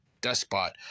despot